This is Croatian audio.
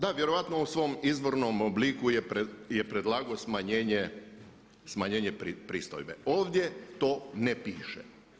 Da, vjerojatno u svom izvornom obliku je predlagao smanjenje pristojbe, ovdje to ne piše.